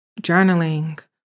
journaling